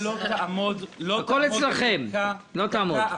הקרקע לא תעמוד ריקה דקה אחת --- לא תעמוד.